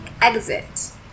exit